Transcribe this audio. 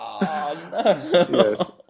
Yes